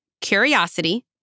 curiosity